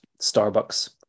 Starbucks